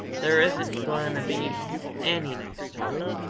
there isn't gwine to be any next time.